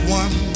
one